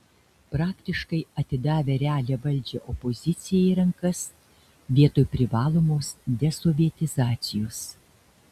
praktiškai atidavę realią valdžią opozicijai į rankas vietoj privalomos desovietizacijos